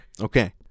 Okay